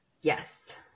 Yes